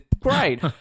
Great